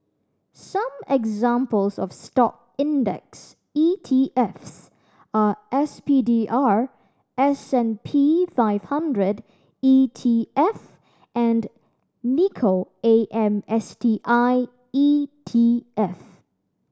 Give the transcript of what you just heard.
some examples of Stock index E T Fs are S P D R S and P five hundred E T F and Nikko A M S T I E T F